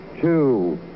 two